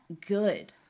good